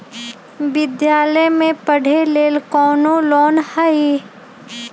विद्यालय में पढ़े लेल कौनो लोन हई?